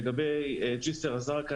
לגבי ג'סאר א-זרקא,